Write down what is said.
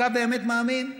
אתה באמת מאמין,